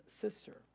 sister